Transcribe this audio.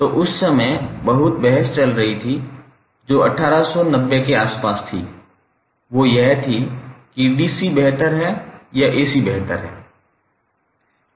तो उस समय बहुत बहस चल रही थी जो 1890 के आसपास थी वो यह थी कि DC बेहतर है या AC बेहतर है